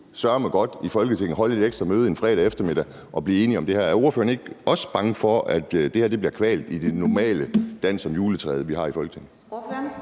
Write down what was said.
søreme godt i Folketinget holde et ekstra møde en fredag eftermiddag og blive enige om det her. Er ordføreren ikke også bange for, at det her bliver kvalt i den normale dans om juletræet, vi har i Folketinget?